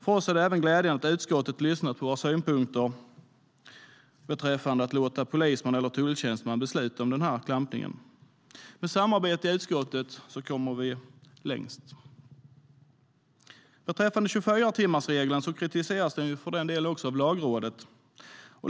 För oss är det även glädjande att utskottet har lyssnat på våra synpunkter beträffande att låta polisman eller tulltjänsteman besluta om klampning. Med samarbete i utskottet kommer vi längst. 24-timmarsregeln kritiseras också av Lagrådet.